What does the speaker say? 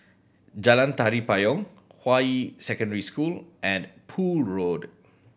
Jalan Tari Payong Hua Yi Secondary School and Poole Road